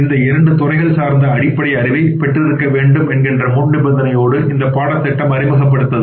இந்த இரண்டு துறைகள் சார்ந்த அடிப்படை அறிவை பெற்றிருக்க வேண்டும் என்கின்ற முன் நிபந்தனையோடு இந்தப் பாடத் திட்டம் அறிமுகப்படுத்தப்பட்டது